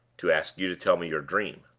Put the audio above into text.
to ask you to tell me your dream.